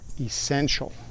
essential